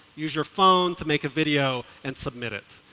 use your phone to make a video and submit it.